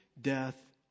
death